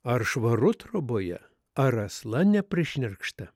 ar švaru troboje ar asla neprišnerkšta